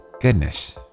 goodness